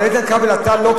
אבל, איתן כבל, אתה לא.